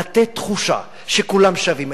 לתת תחושה שכולם שווים.